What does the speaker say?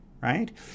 Right